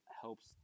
helps